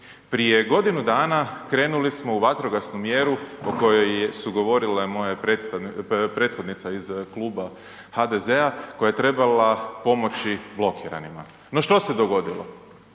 prije godinu dana krenuli smo u vatrogasnu mjeru o kojoj je govorila moja prethodnica iz kluba HDZ-a koja je trebala pomoći blokiranima. No što se dogodilo,